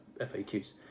FAQs